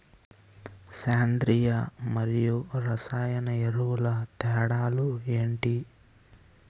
సేంద్రీయ మరియు రసాయన ఎరువుల తేడా లు ఏంటి?